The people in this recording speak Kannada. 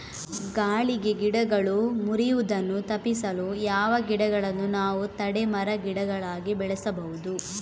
ಗಾಳಿಗೆ ಗಿಡಗಳು ಮುರಿಯುದನ್ನು ತಪಿಸಲು ಯಾವ ಗಿಡಗಳನ್ನು ನಾವು ತಡೆ ಮರ, ಗಿಡಗಳಾಗಿ ಬೆಳಸಬಹುದು?